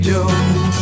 Joe